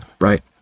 Right